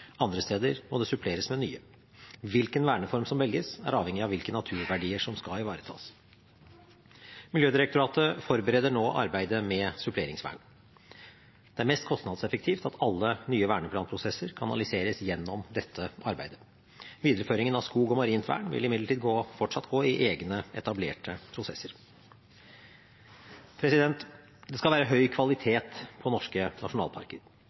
andre steder må det suppleres med nye. Hvilken verneform som velges, er avhengig av hvilke naturverdier som skal ivaretas. Miljødirektoratet forbereder nå arbeidet med suppleringsvern. Det er mest kostnadseffektivt at alle nye verneplanprosesser kanaliseres gjennom dette arbeidet. Videreføringen av skogvern og marint vern vil imidlertid fortsatt gå i egne, etablerte prosesser. Det skal være høy kvalitet på norske nasjonalparker.